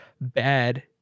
bad